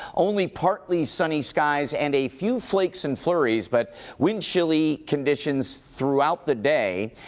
only partly sunny skies and a few flakes and flurries. but wind chilly conditions throughout the day.